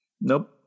Nope